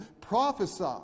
prophesy